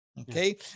okay